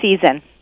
season